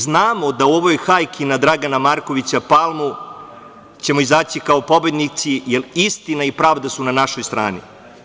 Znamo da ćemo u ovoj hajki na Dragana Markovića Palmu izaći kao pobednici, jer istina i pravda su na našoj strani.